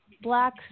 black